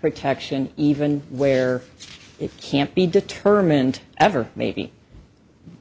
protection even where it can't be determined ever maybe